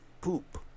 poop